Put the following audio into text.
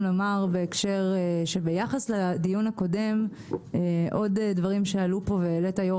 ביחס לדיון הקודם עוד דברים שעלו פה והעלית יו"ר